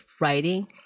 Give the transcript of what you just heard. writing